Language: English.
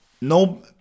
No